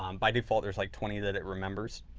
um by default, there's like twenty that it remembers,